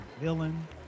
villain